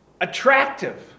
attractive